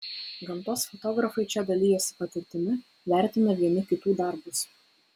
gamtos fotografai čia dalijasi patirtimi vertina vieni kitų darbus